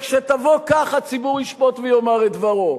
וכשתבוא כך, הציבור ישפוט ויאמר את דברו.